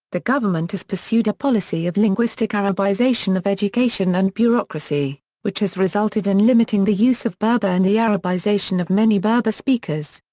the government has pursued a policy of linguistic arabization of education and bureaucracy, which has resulted in limiting the use of berber and the arabization of many berber-speakers.